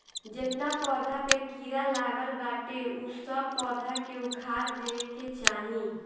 जेतना पौधा पे कीड़ा लागल बाटे उ सब पौधा के उखाड़ देवे के चाही